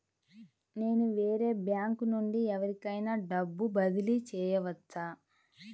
నేను వేరే బ్యాంకు నుండి ఎవరికైనా డబ్బు బదిలీ చేయవచ్చా?